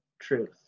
truth